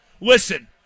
Listen